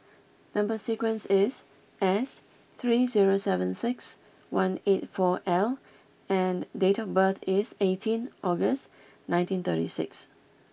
number sequence is S three zero seven six one eight four L and date of birth is eighteen August nineteen thirty six